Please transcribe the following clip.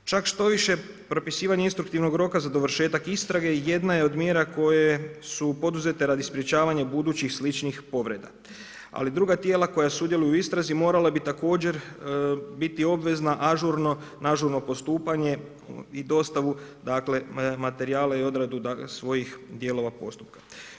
Čak štoviše, propisivanje instruktivnog roka za dovršetak istrage, jedna je od mjera koje su poduzete radi sprečavanja budućih sličnih povreda, ali druga tijela koja sudjeluju u istrazi morale bi također biti obvezna na ažurno postupanje i dostavu, dakle materijala i odradu svojih dijelova poslova.